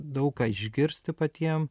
daug ką išgirsti patiem